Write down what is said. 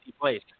Place